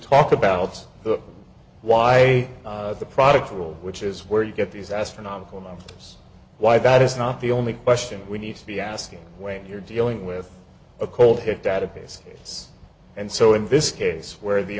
talk about why the product rule which is where you get these astronomical numbers why that is not the only question we need to be asking when you're dealing with a cold hit database case and so in this case where the